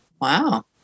Wow